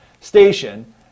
station